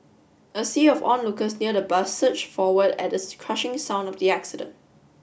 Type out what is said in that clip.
a sea of onlookers near the bus surged forward at the crushing sound of the accident